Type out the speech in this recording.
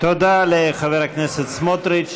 תודה לחבר הכנסת סמוטריץ.